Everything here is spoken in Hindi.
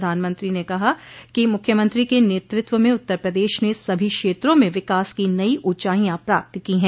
प्रधानमंत्री ने कहा कि मुख्यमंत्री के नेतृत्व में उत्तर प्रदेश ने सभी क्षेत्रों में विकास की नई ऊँचाईयां प्राप्त की हैं